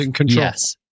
Yes